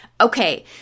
Okay